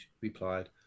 replied